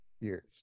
years